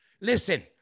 listen